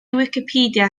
wicipedia